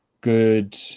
good